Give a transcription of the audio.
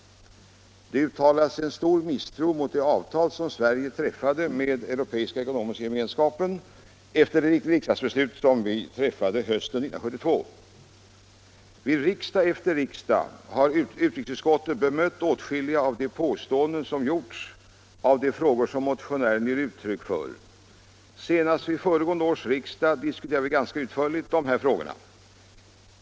Det uttalas stor misstro mot de avtal som Sverige träffade med de europeiska ekonomiska gemenskaperna efter riksdagsbeslutet hösten 1972. Vid riksdag efter riksdag har utskottet bemött åtskilliga av de påståenden som gjorts och de farhågor som motionärerna ger uttryck för. Senast vid föregående års riksdag diskuterade vi ganska utförligt dessa frågor.